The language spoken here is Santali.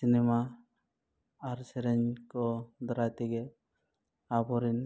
ᱥᱤᱱᱮᱢᱟ ᱟᱨ ᱥᱮᱨᱮᱧ ᱠᱚ ᱫᱟᱨᱟᱭ ᱛᱮᱜᱮ ᱟᱵᱚ ᱨᱮᱱ